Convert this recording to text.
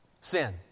Sin